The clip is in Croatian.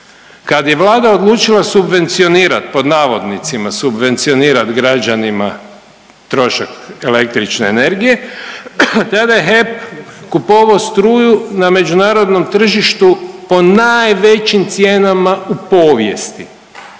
Kad je Vlada odlučila subvencionirat, pod navodnicima subvencionirat građanima trošak električne energije tada je HEP kupovao struju na međunarodnom tržištu po najvećim cijenama u povijesti.